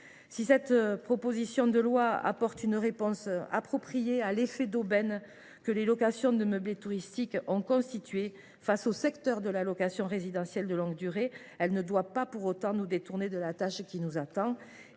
Si cette proposition de loi apporte une réponse appropriée à l’effet d’aubaine créé par les locations de meublés touristiques aux dépens du secteur de la location résidentielle de longue durée, elle ne doit toutefois pas nous détourner de la tâche qui nous attend.